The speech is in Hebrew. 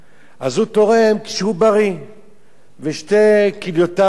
אז הוא תורם כשהוא בריא ושתי כליותיו בריאות.